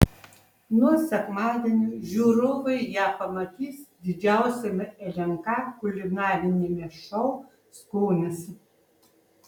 nuo sekmadienio žiūrovai ją pamatys didžiausiame lnk kulinariniame šou skonis